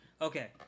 Okay